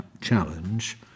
Challenge